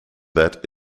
that